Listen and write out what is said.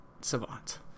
Savant